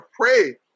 pray